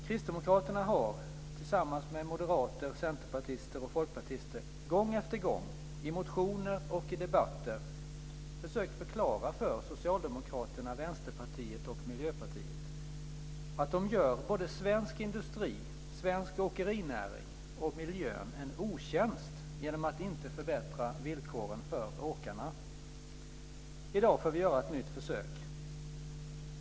Kristdemokraterna har, tillsammans med moderater, centerpartister och folkpartister, gång efter gång, i motioner och i debatter, försökt förklara för Socialdemokraterna, Vänsterpartiet och Miljöpartiet att de gör svensk industri, svensk åkerinäring och miljön en otjänst genom att inte förbättra villkoren för åkarna. I dag får vi göra ett nytt försök.